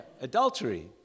adultery